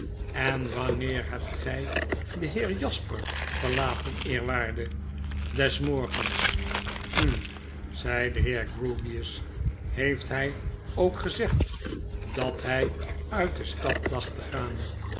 en wanneer hebt gg den heer jasper verlaten weleerwaarde des morgens hm zei de heer grewgious heeft hij ook gezegd dat hij uit de stad dacht te gaan